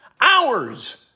Hours